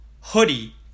hoodie